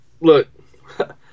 Look